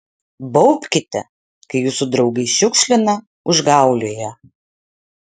baubkite kai jūsų draugai šiukšlina užgaulioja